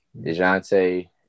DeJounte